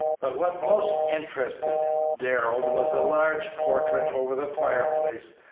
but what most interested darrell was a large portrait over the fireplace,